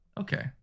okay